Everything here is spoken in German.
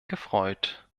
gefreut